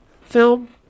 film